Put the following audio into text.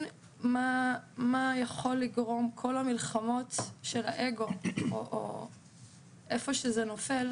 מה יכול לגרום כל המלחמות של האגו או איפה שזה נופל,